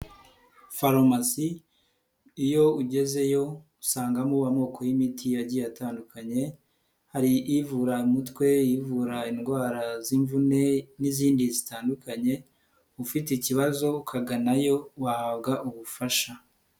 Farumasi iyo ugezeyo usangamo amoko y'imiti agiye atandukanye, hari ivura umutwe, ivura indwara z'imvune n'izindi zitandukanye, ufite ikibazo ukaganayo wahabwa ubufasha.